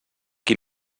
qui